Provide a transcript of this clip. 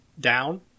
down